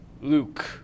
Luke